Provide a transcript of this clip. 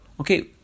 okay